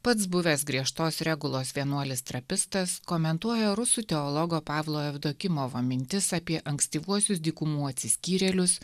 pats buvęs griežtos regulos vienuolis trapistas komentuoja rusų teologo pavlo jevdokimovo mintis apie ankstyvuosius dykumų atsiskyrėlius